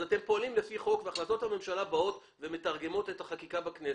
אתם פועלים לפי חוק והחלטות הממשלה באות ומתרגמות את החקיקה בכנסת.